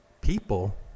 people